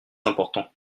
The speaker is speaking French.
important